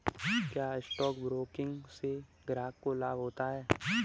क्या stock broking से ग्राहक को लाभ होता है?